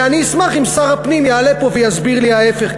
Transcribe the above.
אני אשמח אם שר הפנים יעלה פה ויסביר לי את ההפך,